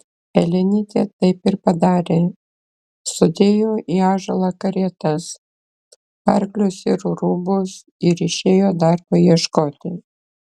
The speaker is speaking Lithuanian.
elenytė taip ir padarė sudėjo į ąžuolą karietas arklius ir rūbus ir išėjo darbo ieškoti